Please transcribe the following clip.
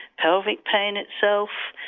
pelvic pain itself,